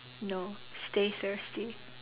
no stay thirsty